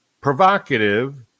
provocative